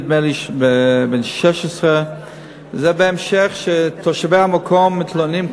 נדמה לי בן 16. זה בהמשך לכך שתושבי המקום מתלוננים כל